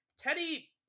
Teddy